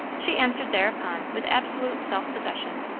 she answered thereupon with absolute self-possession,